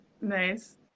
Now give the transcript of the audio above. Nice